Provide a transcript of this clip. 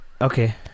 Okay